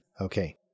Okay